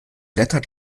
blätter